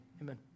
amen